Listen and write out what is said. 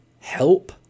help